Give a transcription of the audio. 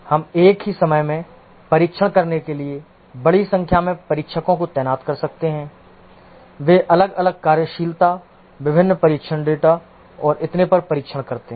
हम एक ही समय में परीक्षण करने के लिए बड़ी संख्या में परीक्षकों को तैनात कर सकते हैं वे अलग अलग कार्यशीलता विभिन्न परीक्षण डेटा और इतने पर परीक्षण करते हैं